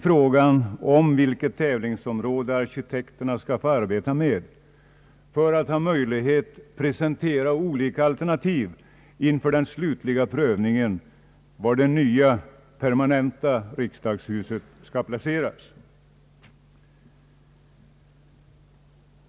Frågan gällde vilket tävlingsområde arkitekterna skulle få arbeta med för att ha möjlighet att precisera olika alternativ inför den slutliga prövningen av var det nya permanenta riksdagshuset skall placeras.